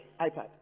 iPad